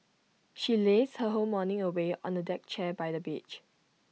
she lazed her whole morning away on A deck chair by the beach